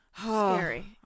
Scary